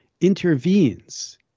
intervenes